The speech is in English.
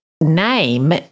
name